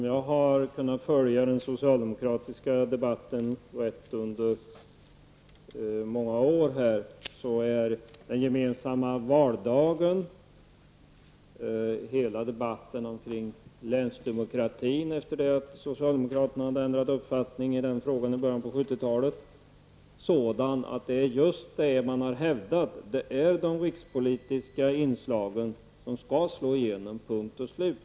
Jag har försökt följa den socialdemokratiska debatten på det här området under många år, och om jag har förstått rätt är det just det man har hävdat när det gällt den gemensamma valdagen och i hela den debatt som förts omkring länsdemokratin efter det att socialdemokraterna i början av 1970-talet hade ändrat uppfattning i den frågan: Det är de rikspolitiska inslagen som skall slå igenom, punkt och slut.